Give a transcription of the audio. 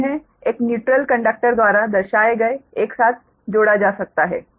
तो उन्हें एक न्यूट्रल कंडक्टर द्वारा दर्शाए गए एक साथ जोड़ा जा सकता है